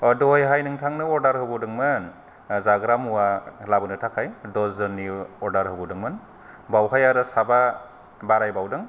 अ दहाय नोंथांनो अरदार होबोदोंमोन जाग्रा मुवा लाबोनो थाखाय दसजननि अरदार होबोदोंमोन बावहाय आरो साबा बारायबावदों